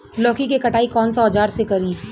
लौकी के कटाई कौन सा औजार से करी?